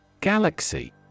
Galaxy